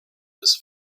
his